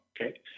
okay